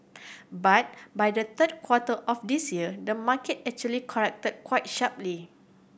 but by the third quarter of this year the market actually corrected quite sharply